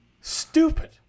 Stupid